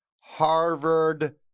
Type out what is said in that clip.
Harvard